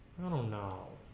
now